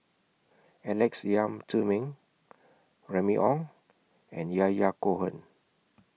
Alex Yam Ziming Remy Ong and Yahya Cohen